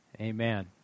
Amen